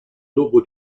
dopo